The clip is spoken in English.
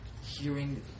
hearing